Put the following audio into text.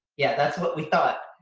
yeah, that's what we thought.